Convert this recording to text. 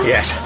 Yes